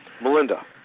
Melinda